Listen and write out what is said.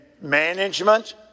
management